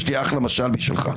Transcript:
יש לי אחלה משל בשבילך.